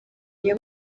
niyo